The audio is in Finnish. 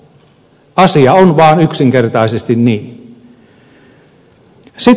asia on vaan yksinkertaisesti niin